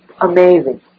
Amazing